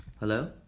hello?